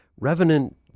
Revenant